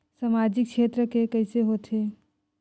सामजिक क्षेत्र के कइसे होथे?